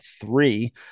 three